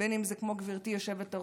בין שזה כמו גברתי היושבת-ראש,